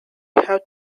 have